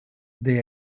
they